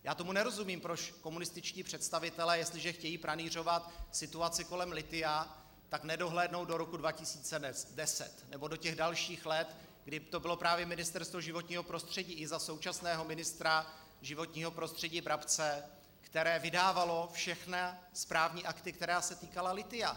Já tomu nerozumím, proč komunističtí představitelé, jestliže chtějí pranýřovat situaci kolem lithia, tak nedohlédnou do roku 2010 nebo do dalších let, kdy to bylo právě Ministerstvo životního prostředí i za současného ministra životního prostředí Brabce, které vydávalo všechny správní akty, které se týkaly lithia.